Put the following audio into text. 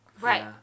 Right